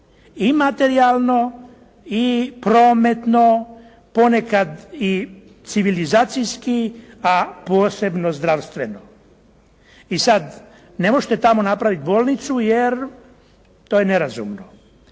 i materijalno i prometno, ponekad i civilizacijski, a posebno zdravstveno. I sad, ne možete tamo napraviti bolnicu jer to je nerazumno.